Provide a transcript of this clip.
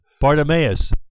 Bartimaeus